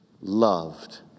loved